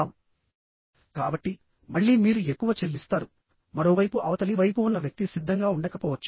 కాబట్టిమళ్ళీ మీరు ఎక్కువ చెల్లిస్తారు మరోవైపు అవతలి వైపు ఉన్న వ్యక్తి సిద్ధంగా ఉండకపోవచ్చు